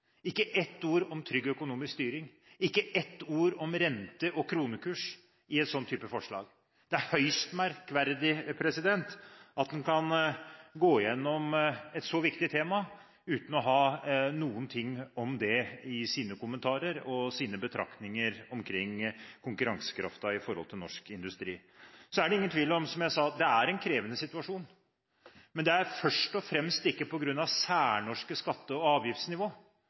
ikke ett ord om trygg økonomisk styring, ikke ett ord om renter og kronekurs i et slikt forslag. Det er høyst merkverdig at man kan gå igjennom et så viktig tema uten å nevne noe av det i sine kommentarer og betraktninger om konkurransekraften i norsk industri. Det er ingen tvil om at det er en krevende situasjon. Men det er ikke det først og fremst på grunn av det særnorske skatte- og